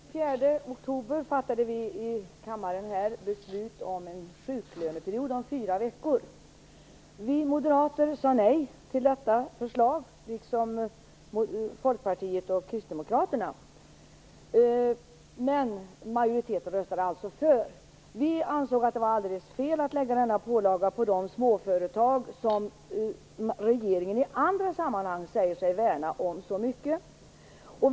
Fru talman! Jag har en fråga till socialförsäkringsministern. Den 24 oktober fattade vi i kammaren beslut om en sjuklöneperiod om fyra veckor. Vi moderater sade nej till detta förslag, liksom Folkpartiet och kristdemokraterna, men majoriteten röstade alltså för. Vi ansåg att det var alldeles fel att lägga denna pålaga på de småföretag som regeringen i andra sammanhang säger sig värna så mycket om.